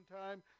time